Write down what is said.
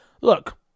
look